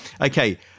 Okay